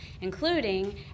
including